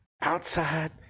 outside